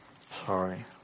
Sorry